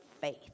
faith